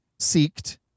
Seeked